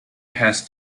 has